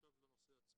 ועכשיו לנושא עצמו.